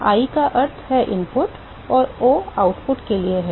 तो deltaTi i का अर्थ है इनपुट और o आउटपुट के लिए है